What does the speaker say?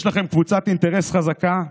יש לכם קבוצת אינטרס חזקה?